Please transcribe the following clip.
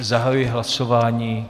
Zahajuji hlasování.